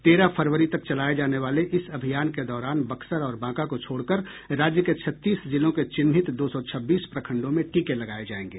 तेरह फरवरी तक चलाये जाने वाले इस अभियान के दौरान बक्सर और बांका को छोड़कर राज्य के छत्तीस जिलों के चिन्हित दो सौ छब्बीस प्रखंडों में टीके लगाये जायेंगे